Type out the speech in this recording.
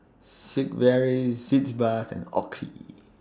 Sigvaris Sitz Bath and Oxy